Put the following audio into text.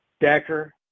Decker